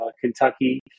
Kentucky